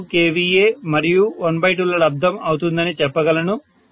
2 kVA మరియు 12ల లబ్దం అవుతుందని చెప్పగలను